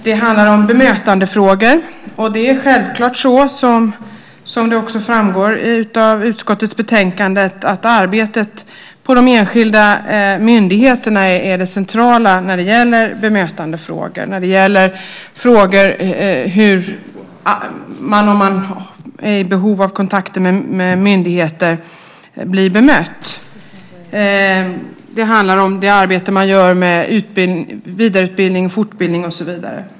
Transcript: Det handlar om bemötandefrågor, och det är självklart så, som också framgår av utskottets betänkande, att arbetet på de enskilda myndigheterna är det centrala när det gäller bemötandefrågor och när det gäller frågor om hur man, om man är i behov av kontakter med myndigheter, blir bemött. Det handlar om det arbete man gör med vidareutbildning, fortbildning och så vidare.